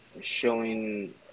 showing